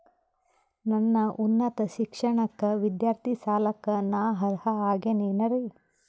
ನನ್ನ ಉನ್ನತ ಶಿಕ್ಷಣಕ್ಕ ವಿದ್ಯಾರ್ಥಿ ಸಾಲಕ್ಕ ನಾ ಅರ್ಹ ಆಗೇನೇನರಿ?